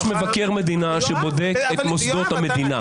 יש מבקר מדינה שבודק את מוסדות המדינה.